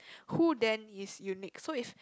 who then is unique so is